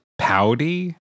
Powdy